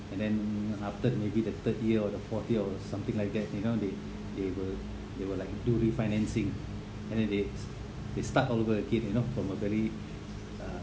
and then after maybe the third year or the fourth year or something like that you know they they will they will like do refinancing and then they they start all over again you know from a very uh